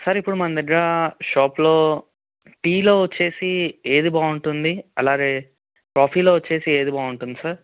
sir ఇప్పుడు మన దగ్గర షాప్లో టీలో వచ్చి ఏది బాగుంటుంది అలాగే కాఫీలో వచ్చి ఏది బాగుంటుంది సార్